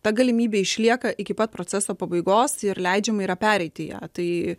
ta galimybė išlieka iki pat proceso pabaigos ir leidžiama yra pereiti ją tai